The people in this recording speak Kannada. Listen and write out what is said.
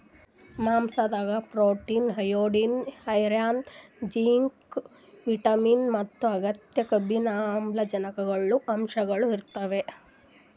ಮಾಂಸಾದಾಗ್ protein, iodine, iron, zinc, vitamins ಮತ್ತ್ ಅಗತ್ಯ ಕೊಬ್ಬಿನಾಮ್ಲಗಳ್ ಅಂಶಗಳ್ ಇರ್ತವ್